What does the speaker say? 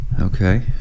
Okay